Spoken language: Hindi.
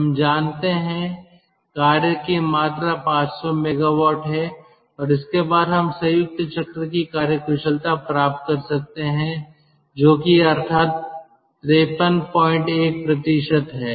हम जानते हैं कार्य की मात्रा 500 मेगावाट है और इसके बाद हम संयुक्त चक्र की कार्यकुशलता प्राप्त कर सकते हैं जो कि अर्थात 531 है